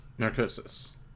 Narcosis